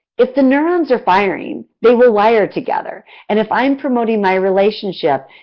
if the neurons are firing, they were wired together, and if i'm promoting my relationship,